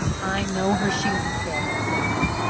i know her shoes is bad, said ann,